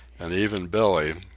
and even billee,